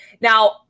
Now